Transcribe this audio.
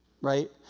right